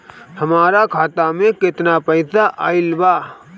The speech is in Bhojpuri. हमार खाता मे केतना पईसा आइल बा?